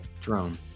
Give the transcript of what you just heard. drone